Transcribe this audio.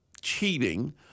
cheating